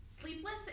Sleepless